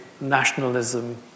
nationalism